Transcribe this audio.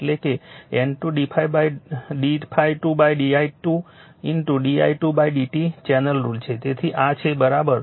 એટલે કે N2 d ∅2 di2 di2 dt chain rule છે તેથી આ છે di2 dt છે